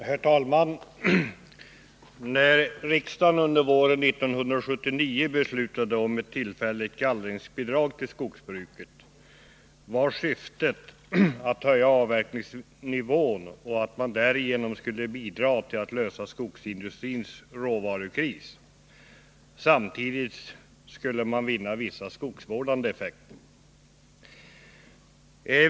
Herr talman! När riksdagen våren 1979 beslutade om ett tillfälligt gallringsbidrag till skogsbruket var syftet att höja avverkningsnivån och därigenom bidra till att lösa skogsindustrins råvarukris. Samtidigt skulle man vinna vissa skogsvårdande effekter.